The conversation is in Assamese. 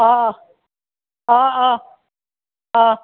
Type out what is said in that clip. অঁ অঁ অঁ অঁ অঁ